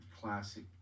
classic